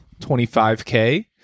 25K